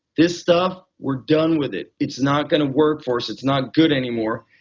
this stuff, we're done with it. it's not going to work for us. it's not good anymore.